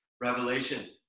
revelation